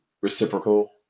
reciprocal